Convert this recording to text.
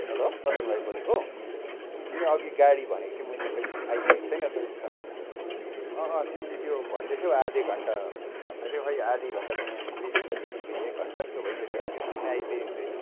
hello Prashant भाइ बोलेको जुन चाहिँ अगि गाडी भनेको थियो मैले खोइ आइपुगेको छैन त अहिलेसम्म तिमीले त्यो भन्दै थियो आधी घण्टा भन्दै थियौ खोइ आधी घण्टा त यहाँनेर बेसी भइसक्यो केही एक घण्टा जस्तो भइसक्यो अहिलेसम्म पनि आइपुगेको छैन